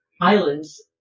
islands